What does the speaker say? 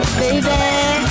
baby